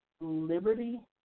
Liberty